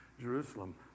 Jerusalem